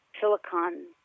silicon